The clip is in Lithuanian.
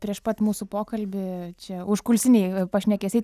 prieš pat mūsų pokalbį čia užkulisiniai pašnekesiai